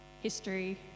history